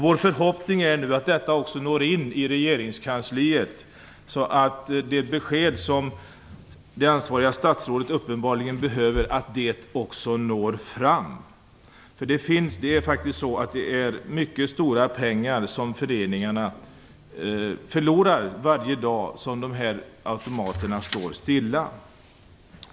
Vår förhoppning är nu att detta också når in i regeringskansliet, så att det besked som det ansvariga statsrådet uppenbarligen behöver också når fram. Föreningarna förlorar faktiskt mycket stora pengar varje dag som de här automaterna står stilla.